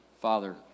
Father